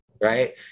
right